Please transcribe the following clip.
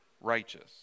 righteous